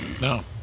No